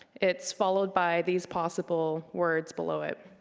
it's followed by these possible words below it.